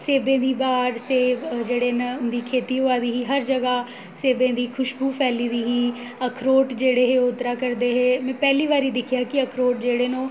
सेवें दी ब्हार सेव जेह्ड़े न उं'दी खेती होआ दी ही हर जगह् सेवें दी खुश्बू फैली दी ही अखरोट जेह्ड़े हे ओह् उतरा करदे हे में पैह्ली दिक्खेआ जे अखरोट जेह्ड़े न ओह्